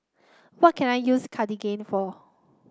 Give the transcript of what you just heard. what can I use Cartigain for